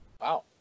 Wow